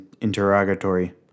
interrogatory